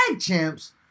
champs